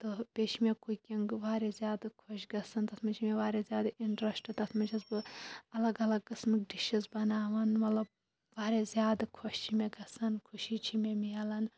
تہٕ بیٚیہِ چھِ مےٚ کُکِنٛگ واریاہ زیادٕ خۄش گَژھان تَتھ مَنٛز چھِ مےٚ واریاہ زیادٕ اِنٹرست تَتھ مَنٛز چھَس بہٕ اَلَگ اَلَگ قٕسمٕکۍ ڈِشِز بَناوان مَطلَب واریاہ زیادٕ خۄش چھِ مےٚ گَژھان خوشی چھِ مےٚ مِلان